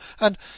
and